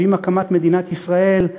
ועם הקמת מדינת ישראל,